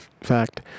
Fact